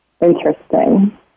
Interesting